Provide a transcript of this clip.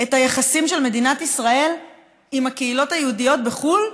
את היחסים של מדינת ישראל עם הקהילות היהודיות בחו"ל,